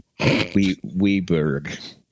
Weeberg